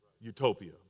utopia